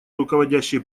руководящие